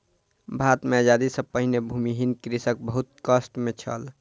भारत मे आजादी सॅ पहिने भूमिहीन कृषक बहुत कष्ट मे छल